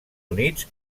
units